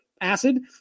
acid